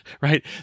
right